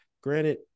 Granted